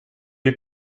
you